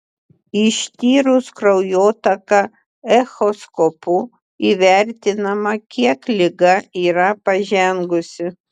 ištyrus kraujotaką echoskopu įvertinama kiek liga yra pažengusi